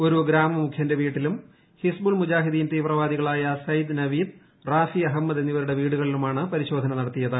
ഒരു ഗ്രാമമുഖ്യന്റെ വീട്ടിലും ഹിസ്ബുൾ മുജാഹിദീൻ തീവ്രവാദികളായ സൈദ് നവീദ് റാഫി അഹമ്മദ് എന്നിവരുടെ വീടുകളിലുമാണ് പരിശോധന നടത്തിയത്